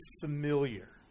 familiar